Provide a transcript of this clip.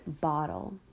bottle